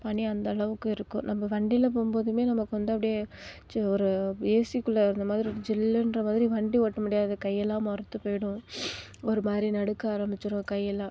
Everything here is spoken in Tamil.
பனி அந்தளவுக்கு இருக்கும் நம்ப வண்டியில் போகும்போதுமே நமக்கு வந்து அப்படியே ச ஒரு ஏசிக்குள்ளே இருந்த மாதிரி ஜில்லுன்ற மாதிரி வண்டி ஓட்ட முடியாது கையெல்லாம் மரத்து போயிடும் ஒரு மாதிரி நடுக்க ஆரமிச்சிடும் கையெல்லாம்